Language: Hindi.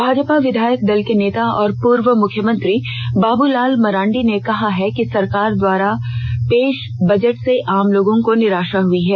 भाजपा विधायक दल के नेता और पूर्व मुख्यमंत्री बाबूलाल मरांडी ने कहा है कि सरकार द्वारा पेष बजट से आम लोगों को निराषा हुई है